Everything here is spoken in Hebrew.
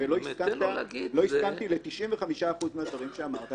ולא הסכמתי ל-95% מהדברים שאמרת.